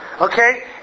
Okay